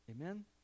Amen